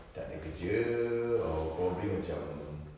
tak ada kerja or probably macam